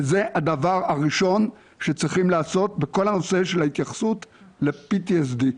וזה הדבר הראשון שצריכים לעשות בכל הנושא של ההתייחסות ל-PTSD.